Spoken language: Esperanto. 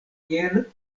kiel